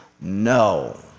No